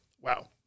wow